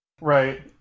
right